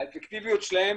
האפקטיביות שלהם